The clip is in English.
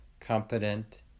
competent